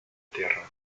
tierra